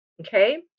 Okay